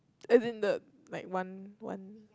as in the like one one